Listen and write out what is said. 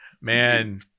Man